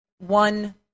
one